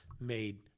made